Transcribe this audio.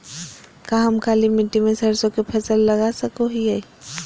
का हम काली मिट्टी में सरसों के फसल लगा सको हीयय?